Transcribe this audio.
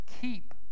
keep